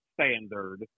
standard